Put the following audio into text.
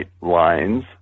lines